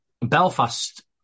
Belfast